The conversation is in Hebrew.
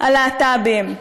על להט"בים,